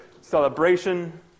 celebration